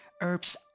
herbs